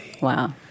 Wow